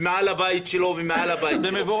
--- חמד, זה בדיוק זה, זה חוזר